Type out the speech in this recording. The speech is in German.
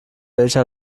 welche